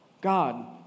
God